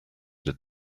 that